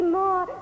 more